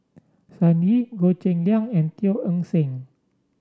Sun Yee Goh Cheng Liang and Teo Eng Seng